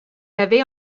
avait